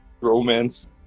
romance